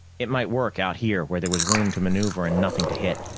it might work out here where there was room to maneuver and nothing to hit.